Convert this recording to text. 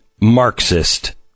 Marxist